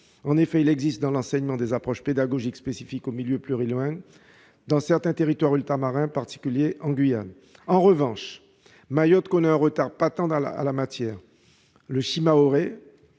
En effet, il existe dans l'enseignement des approches pédagogiques spécifiques aux milieux plurilingues dans certains territoires ultramarins, en particulier en Guyane. En revanche, Mayotte connaît un retard patent en la matière, le shimaoré